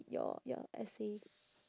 your your essay